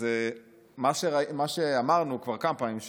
מה שאמרנו כבר כמה פעמים,